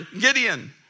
Gideon